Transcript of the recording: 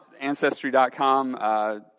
Ancestry.com